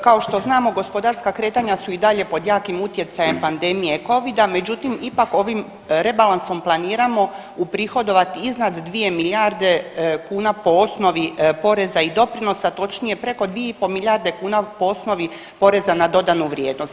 Kao što znamo gospodarska kretanja su i dalje pod jakim utjecajem pandmeije covida, međutim ipak ovim rebalansom planiramo uprihodovat iznad 2 milijarde kuna po osnovi poreza i doprinosa točnije preko 2,5 milijarde kuna po osnovi poreza na dodanu vrijednost.